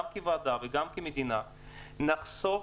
גם כוועדה וגם כמדינה נחסוך,